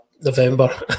November